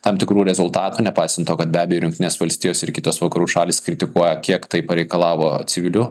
tam tikrų rezultatų nepaisant to kad be abejo ir jungtinės valstijos ir kitos vakarų šalys kritikuoja kiek tai pareikalavo civilių